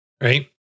Right